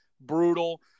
brutal